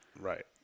Right